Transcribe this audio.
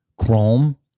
Chrome